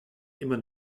immer